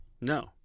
No